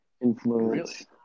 influence